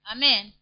Amen